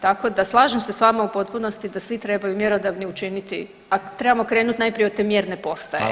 Tako da slažem se s vama u potpunosti da svi trebaju mjerodavni učiniti, trebamo krenut najprije od te mjerne postaje.